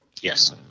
Yes